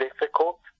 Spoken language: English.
difficult